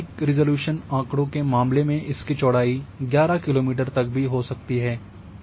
उच्च स्थानिक रिज़ॉल्यूशन आँकड़ों के मामले में इसकी चौड़ाई 11 किलोमीटर तक भी हो सकती है